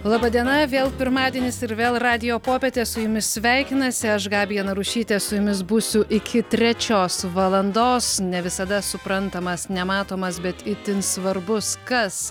laba diena vėl pirmadienis ir vėl radijo popietė su jumis sveikinasi aš gabija narušytė su jumis būsiu iki trečios valandos ne visada suprantamas nematomas bet itin svarbus kas